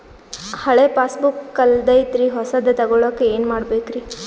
ಹಳೆ ಪಾಸ್ಬುಕ್ ಕಲ್ದೈತ್ರಿ ಹೊಸದ ತಗೊಳಕ್ ಏನ್ ಮಾಡ್ಬೇಕರಿ?